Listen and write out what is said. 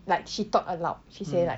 like she thought aloud she say like